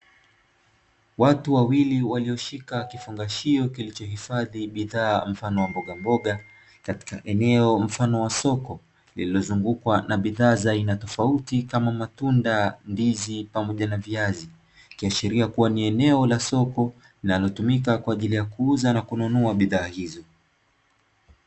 Watu wawili waliyoshika kifungashio kilichohifadhi bidhaa mfano wa mbogamboga, katika eneo mfano wa soko, lililozungukwa na bidhaa za aina tofauti kama matunda, ndizi pamoja na viazi, ikiashiria kuwa ni eneo la soko linalotumika kwa ajili ya kuuzia na kununua bidhaa hizo.